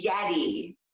Yeti